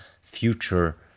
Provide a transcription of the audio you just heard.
future